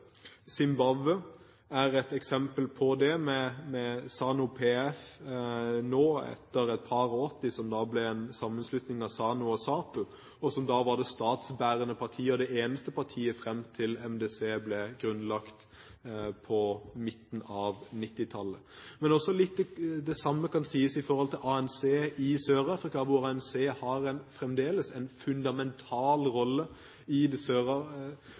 er et eksempel på det, med ZANU-PF, som på 1980-tallet ble en sammenslutning av ZANU og ZAPU, og som da var det statsbærende parti og det eneste partiet fram til MDC ble grunnlagt på midten av 1990-tallet. Litt av det samme kan sies om ANC i Sør-Afrika. ANC har fremdeles en fundamental rolle i